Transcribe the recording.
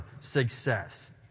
success